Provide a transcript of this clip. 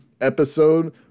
episode